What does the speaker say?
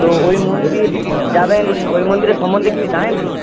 তো ওই মন্দির যাবেন ওই মন্দিরের সম্বন্ধে কিছু জানেন তো